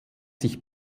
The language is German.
sich